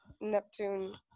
Neptune